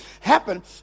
happen